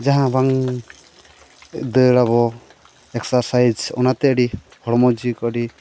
ᱡᱟᱦᱟᱸ ᱵᱟᱝ ᱫᱟᱹᱲ ᱟᱵᱚ ᱮᱠᱥᱟᱨᱥᱟᱭᱤᱡᱽ ᱚᱱᱟᱛᱮ ᱟᱹᱰᱤ ᱦᱚᱲᱢᱚ ᱡᱤᱣᱤ ᱠᱚ ᱟᱹᱰᱤ